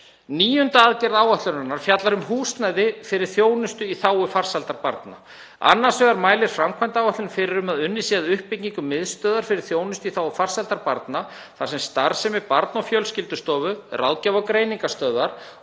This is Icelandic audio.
Níunda aðgerð áætlunarinnar fjallar um húsnæði fyrir þjónustu í þágu farsældar barna. Annars vegar mælir framkvæmdaáætlunin fyrir um að unnið sé að uppbyggingu miðstöðvar fyrir þjónustu í þágu farsældar barna þar sem starfsemi Barna- og fjölskyldustofu, Ráðgjafar- og greiningarstöðvar